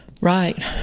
Right